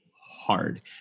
hard